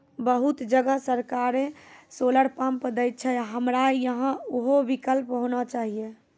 बहुत जगह सरकारे सोलर पम्प देय छैय, हमरा यहाँ उहो विकल्प होना चाहिए?